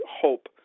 hope